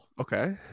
Okay